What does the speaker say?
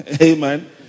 Amen